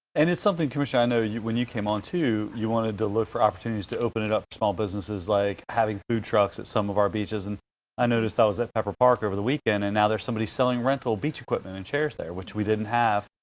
and it's something, commissioner, i know you when you came on to you wanted to look for opportunities to open it up to small businesses like having food trucks at some of our beaches, and i noticed that was at pepper park over the weekend, and now there's somebody selling rental beach equipment and chairs there, which we didn't have,